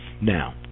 Now